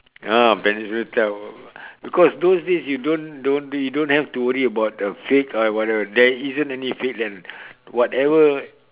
ah peninsula type because those days you don't don't don't have to worry about fake or whatever there isn't any fakes and whatever